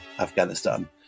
Afghanistan